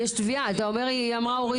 יש תביעה, אמרה אורית.